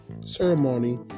ceremony